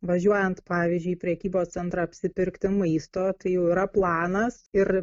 važiuojant pavyzdžiui į prekybos centrą apsipirkti maisto tai jau yra planas ir